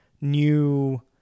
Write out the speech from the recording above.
new